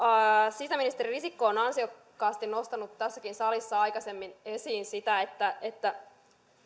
sisäministeri risikko on ansiokkaasti nostanut tässäkin salissa aikaisemmin esiin sitä